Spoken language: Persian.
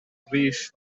ریش